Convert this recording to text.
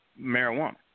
marijuana